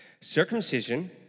Circumcision